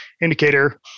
indicator